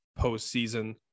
postseason